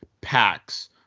packs